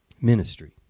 ministry